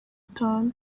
itanu